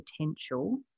potential